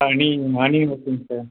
honey honey ஓகேங்க sir